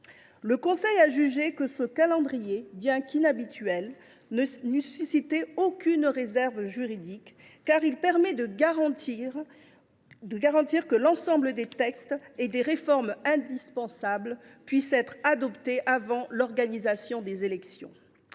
2025. Il a jugé que ce calendrier, bien qu’il soit inhabituel, ne suscitait aucune réserve juridique, car il permettait de garantir que l’ensemble des textes et des réformes indispensables pourraient être adoptés avant l’organisation des élections.